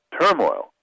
turmoil